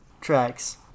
tracks